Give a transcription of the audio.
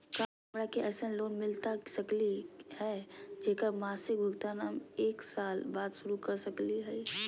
का हमरा के ऐसन लोन मिलता सकली है, जेकर मासिक भुगतान हम एक साल बाद शुरू कर सकली हई?